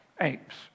apes